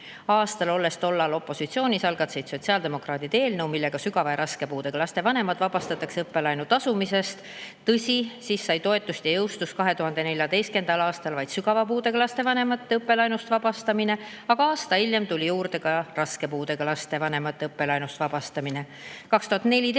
aastal, olles tollal opositsioonis, algatasid sotsiaaldemokraadid eelnõu, et sügava ja raske puudega laste vanemad vabastataks õppelaenu tasumisest. Tõsi, siis sai toetust ja jõustus 2014. aastal vaid sügava puudega laste vanemate õppelaenust vabastamine, aga aasta hiljem tuli juurde ka raske puudega laste vanemate õppelaenust vabastamine. 2014,